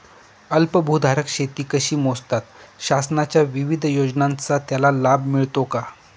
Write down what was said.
अल्पभूधारक शेती कशी मोजतात? शासनाच्या विविध योजनांचा त्याला लाभ मिळतो का?